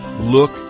look